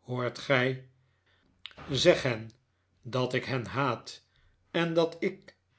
hoort gij zeg hen dat ik hen haat en dat ik